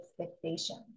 expectation